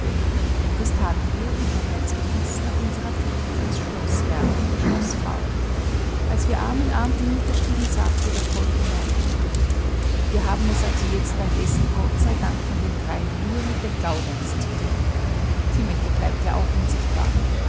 das taten wir gewohnheitsgemäß nach unserer pflicht als schloßherr und schloßfrau als wir arm in arm hinunterstiegen sagte der poldl noch wir haben es also jetzt beim essen gott sei dank von den dreien nur mit dem gaudenz zu tun die mette bleibt ja auch unsichtbar